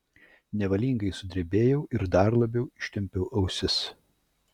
nevalingai sudrebėjau ir dar labiau ištempiau ausis